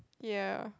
ya